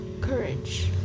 courage